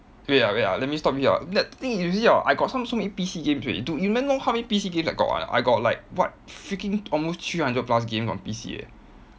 wait ah wait ah let me stop you here ah the thing is you see ah I got so many P_C games already dude you know how many P_C games I got or not I got like what freaking almost three hundred games on P_C already eh